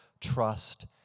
trust